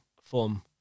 form